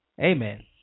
Amen